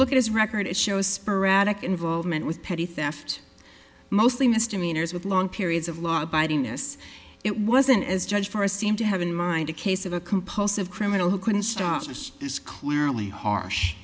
look at his record it shows sporadic involvement with petty theft mostly misdemeanors with long periods of law abiding us it wasn't as judge for a seem to have in mind a case of a compulsive criminal who couldn't stop just as clearly harsh